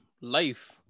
life